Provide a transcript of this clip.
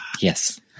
Yes